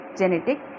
genetic